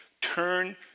turn